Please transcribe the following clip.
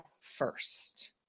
first